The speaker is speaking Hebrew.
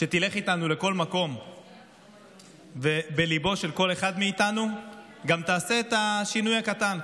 שתלך איתנו לכל מקום ובליבו של כל אחד מאיתנו גם תעשה את השינוי הקטן.